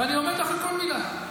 ואני עומד מאחורי כל מילה.